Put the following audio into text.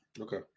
Okay